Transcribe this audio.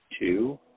two